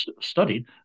studied